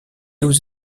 aux